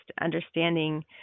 understanding